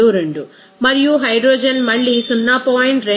22 మరియు హైడ్రోజన్ మళ్ళీ 0